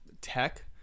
tech